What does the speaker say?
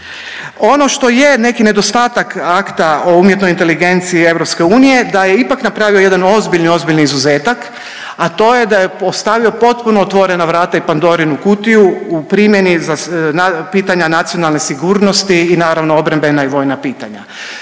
Ono što je neki nedostatak akta o umjetnoj inteligenciji EU da je ipak napravio jedan ozbiljni, ozbiljni izuzetak, a to je da je ostavio potpuno otvorena vrata i pandorinu kutiju u primjeni za pitanja nacionalne sigurnosti i naravno obrambena i vojna pitanja.